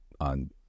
on